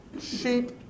Sheep